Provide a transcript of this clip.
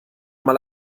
mal